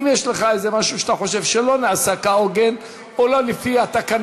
אם אתה חושב שיש איזה משהו שלא נעשה כהוגן או לא לפי התקנון,